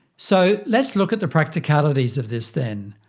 so lets look at the practicalities of this then.